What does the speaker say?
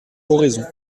oraison